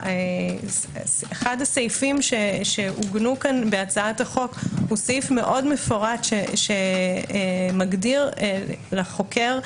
אחד הסעיפים שעוגנו פה בהצעת החוק הוא סעיף מאוד מפורט שמגדיר לחוקר,